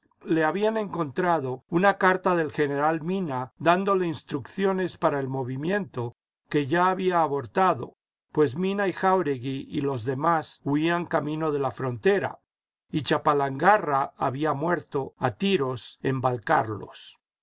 le habían encontrado una carta del general mina dándole instrucciones para el movimiento que ya había abortado pues mina y jáuregui y los demás huían camino de la frontera y chapalangarra había muerto a tiros en